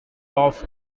off